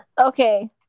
okay